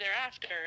thereafter